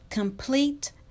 complete